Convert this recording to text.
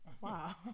Wow